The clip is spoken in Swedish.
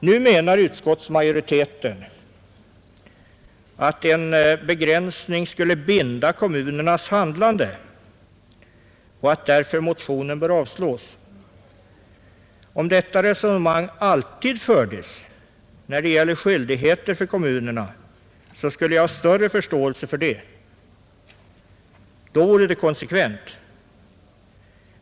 Nu menar utskottsmajoriteten att en begränsning skulle binda kommunernas handlande och att motionen därför bör avslås. Om detta resonemang alltid fördes när det gällde skyldigheter för kommunerna skulle jag ha större förståelse för det. Då vore det konsekvent.